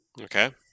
Okay